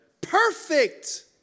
perfect